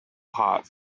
hot